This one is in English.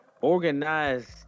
organized